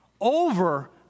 over